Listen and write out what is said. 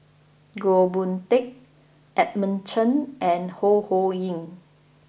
Goh Boon Teck Edmund Chen and Ho Ho Ying